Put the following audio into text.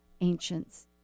ancients